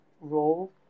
role